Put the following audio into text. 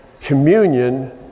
communion